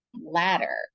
ladder